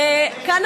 כאן,